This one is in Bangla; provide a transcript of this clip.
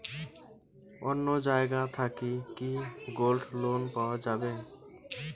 অন্য জায়গা থাকি কি গোল্ড লোন পাওয়া যাবে?